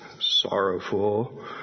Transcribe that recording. sorrowful